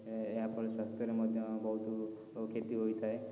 ଏହାପରେ ସ୍ୱାସ୍ଥ୍ୟରେ ମଧ୍ୟ ବହୁତ କ୍ଷତି ହୋଇଥାଏ